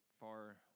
far